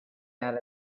out